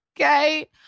okay